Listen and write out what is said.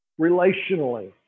Relationally